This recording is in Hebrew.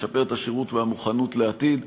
ולשפר את השירות והמוכנות לעתיד.